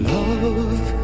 Love